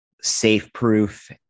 safe-proof